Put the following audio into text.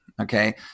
okay